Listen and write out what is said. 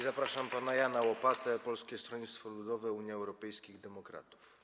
Zapraszam pana Jana Łopatę, Polskie Stronnictwo Ludowe - Unia Europejskich Demokratów.